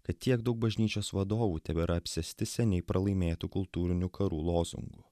kad tiek daug bažnyčios vadovų tebėra apsėsti seniai pralaimėtų kultūrinių karų lozungų